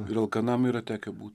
ir alkanam yra tekę būti